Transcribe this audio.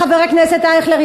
חבר הכנסת אייכלר?